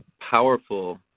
powerful